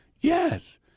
Yes